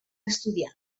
estudiar